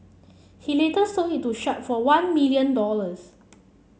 he later sold it to Sharp for one million dollars